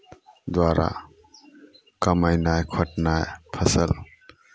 दुआरा कमयनाइ खोँटनाइ फसल